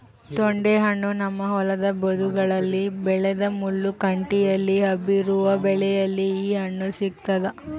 ತೊಂಡೆಹಣ್ಣು ನಮ್ಮ ಹೊಲದ ಬದುಗಳಲ್ಲಿ ಬೆಳೆದ ಮುಳ್ಳು ಕಂಟಿಯಲ್ಲಿ ಹಬ್ಬಿರುವ ಬಳ್ಳಿಯಲ್ಲಿ ಈ ಹಣ್ಣು ಸಿಗ್ತಾದ